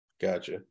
gotcha